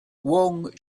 wong